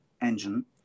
engine